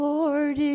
Lord